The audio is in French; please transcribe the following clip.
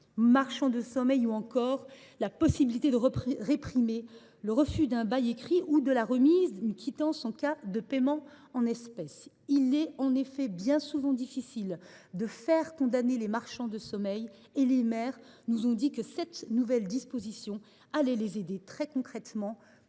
marchands de sommeil ou encore la possibilité de réprimer le refus d’un bail écrit ou de la remise d’une quittance en cas de paiement en espèces. Il est en effet bien souvent difficile de faire condamner les marchands de sommeil, et les maires nous ont dit que cette nouvelle disposition allait les aider très concrètement